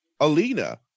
Alina